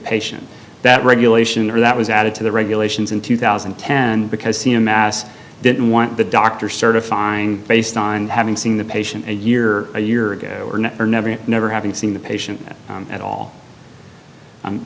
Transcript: patient that regulation or that was added to the regulations in two thousand and ten because see a mass didn't want the doctor certifying based on having seen the patient a year a year ago or never never never having seen the patient at all